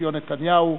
בנציון נתניהו,